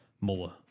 Muller